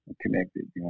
Connected